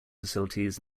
facilities